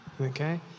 Okay